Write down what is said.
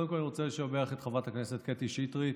קודם כול אני רוצה לשבח את חברת הכנסת קטי שטרית.